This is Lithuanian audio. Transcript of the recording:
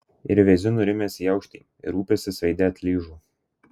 ir veiziu nurimęs į aukštį ir rūpestis veide atlyžo